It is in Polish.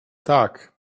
tak